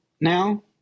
now